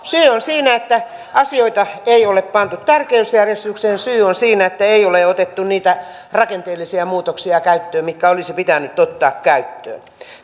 syy on siinä että asioita ei ole pantu tärkeysjärjestykseen syy on siinä että ei ole otettu niitä rakenteellisia muutoksia käyttöön mitkä olisi pitänyt ottaa käyttöön